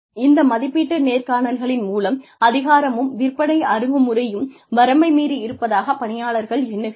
இந்த மதிப்பீட்டு நேர்காணல்களின் மூலம் அதிகாரமும் விற்பனை அணுகுமுறையும் வரம்பை மீறி இருப்பதாக பணியாளர்கள் எண்ணுகிறார்கள்